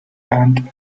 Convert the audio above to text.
and